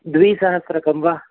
द्विसहस्रकं वा